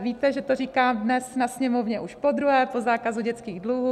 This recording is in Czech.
Víte, že to říkám dnes na Sněmovně už podruhé po zákazu dětských dluhů.